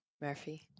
Murphy